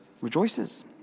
rejoices